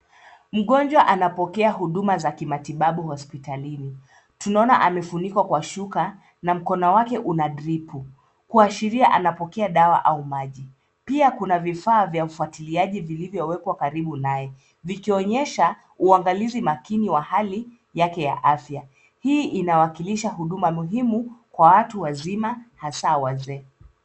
Mgonjwa anapokea huduma za kimatibabu hospitalini. Tunaona amefunikwa kwa shuka na mkono wake unadripu, kuashiria anapokea dawa au maji. Pia, kuna vifaa vya ufuatiliaji vilivyowekwa karibu nae vikionyesha uangalizi makini wa hali yake ya afya. Hii inawakilisha huduma muhimu kwa watu wazima hasa wazee.